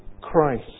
Christ